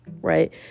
right